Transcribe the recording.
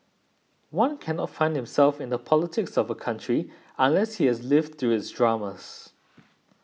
one can not find himself in the politics of a country unless he has lived through its dramas